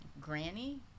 granny